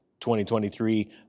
2023